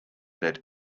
that